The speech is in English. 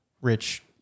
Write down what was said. rich